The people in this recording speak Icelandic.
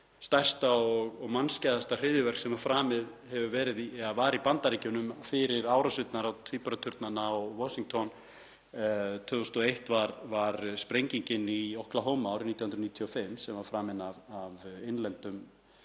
Stærsta og mannskæðasta hryðjuverk sem framið hefur verið í Bandaríkjunum fyrir árásirnar á tvíburaturnana og Washington árið 2001 var sprengingin í Oklahoma árið 1995 sem var framin af innlendum